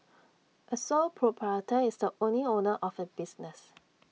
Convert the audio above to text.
A sole proprietor is the only owner of A business